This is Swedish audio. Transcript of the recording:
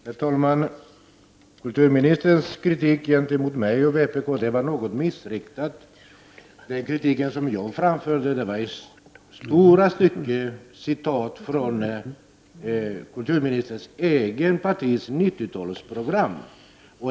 Herr talman! Kulturministerns kritik gentemot mig och vpk var något missriktad. Den kritik jag framförde var i stora stycken citat från kulturministerns eget partis 90-talsprogram.